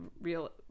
real